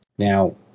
Now